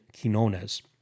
Quinones